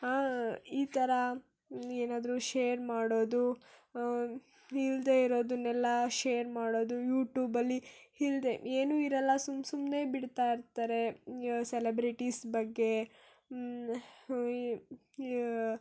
ಈ ಥರ ಏನಾದ್ರೂ ಶೇರ್ ಮಾಡೋದು ಇಲ್ಲದೆ ಇರೋದನ್ನೆಲ್ಲ ಶೇರ್ ಮಾಡೋದು ಯೂಟೂಬಲ್ಲಿ ಇಲ್ದೇ ಏನು ಇರೋಲ್ಲ ಸುಮ್ಮ ಸುಮ್ಮನೆ ಬಿಡ್ತಾ ಇರ್ತಾರೆ ಸೆಲೆಬ್ರಿಟೀಸ್ ಬಗ್ಗೆ